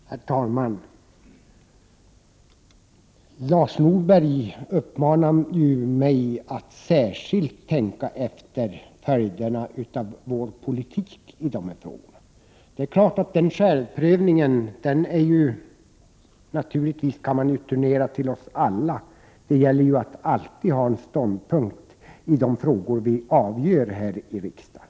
Herr talman! Lars Norberg uppmanade mig att särskilt tänka efter vilka följderna blir av vpk:s politik när det gäller dessa frågor. Det är klart att denna uppmaning om självprövning kan riktas till oss alla. Det gäller att alltid ha en ståndpunkt i de frågor som avgörs här i riksdagen.